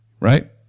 Right